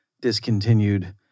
discontinued